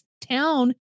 town